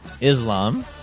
Islam